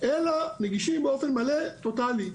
אלא נגישים באופן מלא טוטלי.